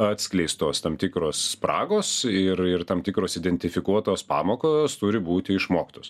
atskleistos tam tikros spragos ir ir tam tikros identifikuotos pamokos turi būti išmoktos